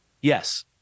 Yes